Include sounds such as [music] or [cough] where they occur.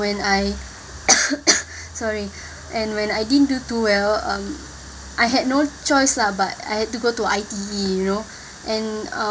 when I [coughs] sorry and when I didn't do too well um I had no choice lah but I have to go to I_T_E you know and um